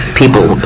people